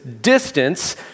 distance